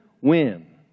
win